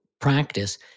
practice